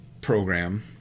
program